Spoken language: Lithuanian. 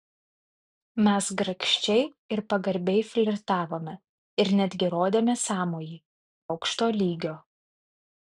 mes grakščiai ir pagarbiai flirtavome ir netgi rodėme sąmojį aukšto lygio